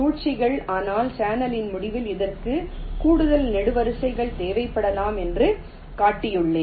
சுழற்சிகள் ஆனால் சேனலின் முடிவில் இதற்கு கூடுதல் நெடுவரிசைகள் தேவைப்படலாம் என்று காட்டியுள்ளேன்